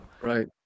Right